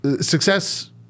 success